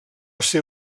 ser